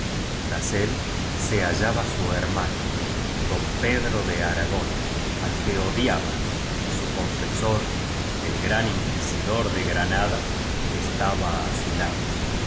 tras el se hallaba su hermano don pedro de aragón al que odiaba y su confesor el gran inquisidor de granada es taba á su lado más